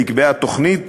נקבעה תוכנית,